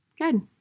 good